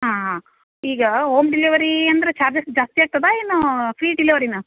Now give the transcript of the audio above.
ಹಾಂ ಹಾಂ ಈಗ ಹೋಮ್ ಡಿಲಿವರಿ ಅಂದರೆ ಚಾರ್ಜಸ್ ಜಾಸ್ತಿ ಆಗ್ತದೆ ಏನು ಫ್ರೀ ಡಿಲಿವರಿನಾ